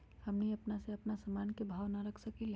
हमनी अपना से अपना सामन के भाव न रख सकींले?